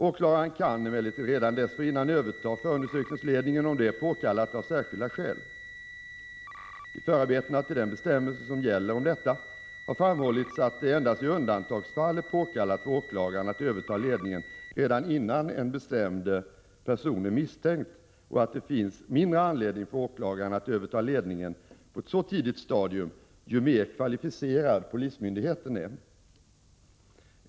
Åklagaren kan emellertid redan dessförinnan överta förundersökningsledningen, om det är påkallat av särskilda skäl. I förarbetena till den bestämmelse som gäller om detta har framhållits att det endast i undantagsfall är påkallat för åklagaren att överta ledningen redan innan en bestämd person är misstänkt och att det finns mindre anledning för åklagaren att överta ledningen på ett så tidigt stadium ju mer kvalificerad polismyndigheten är.